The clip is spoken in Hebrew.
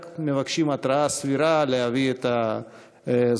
רק מבקשים התראה סבירה להביא את הסגנים